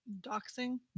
Doxing